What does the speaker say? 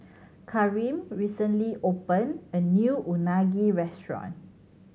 Kareem recently opened a new Unagi restaurant